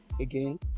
Again